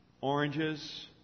oranges